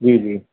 जी जी